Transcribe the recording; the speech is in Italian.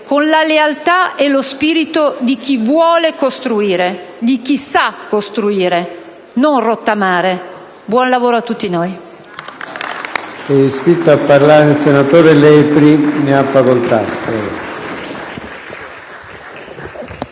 con la lealtà e lo spirito di chi vuole costruire, di chi sa costruire, e non rottamare. Buon lavoro a tutti noi.